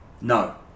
No